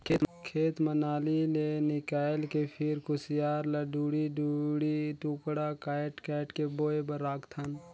खेत म नाली ले निकायल के फिर खुसियार ल दूढ़ी दूढ़ी टुकड़ा कायट कायट के बोए बर राखथन